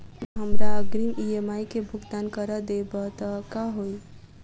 जँ हमरा अग्रिम ई.एम.आई केँ भुगतान करऽ देब तऽ कऽ होइ?